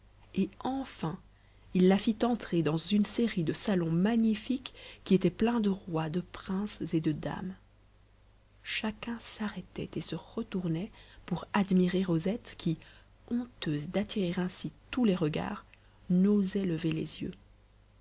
et enfin il la fit entrer dans une série de salons magnifiques qui étaient pleins de rois de princes et de dames chacun s'arrêtait et se retournait pour admirer rosette qui honteuse d'attirer ainsi tous les regards n'osait lever les yeux